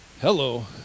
Hello